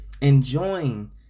enjoying